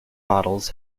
models